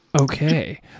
Okay